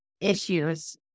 issues